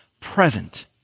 present